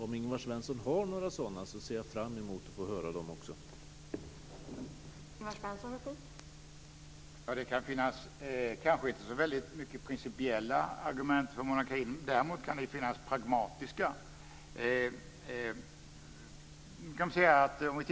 Om Ingvar Svensson har några sådana, ser jag fram emot att få höra också dem.